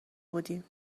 بودیم